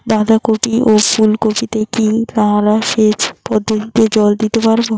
বাধা কপি ও ফুল কপি তে কি নালা সেচ পদ্ধতিতে জল দিতে পারবো?